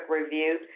review